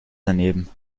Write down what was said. daneben